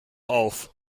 auf